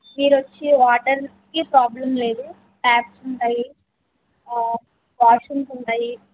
మీరు వచ్చి వాటర్కి ప్రాబ్లం లేదు టాప్స్ ఉంటాయి వాష్ రూమ్స్ ఉంటాయి